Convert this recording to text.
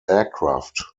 aircraft